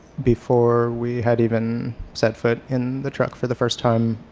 before we had even set foot in the truck for the first time,